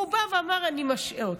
הוא בא ואמר: אני משעה אותו.